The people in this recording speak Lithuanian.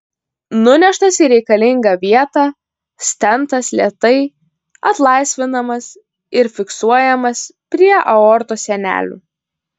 nuneštas į reikalingą vietą stentas lėtai atlaisvinamas ir fiksuojamas prie aortos sienelių